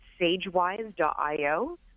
sagewise.io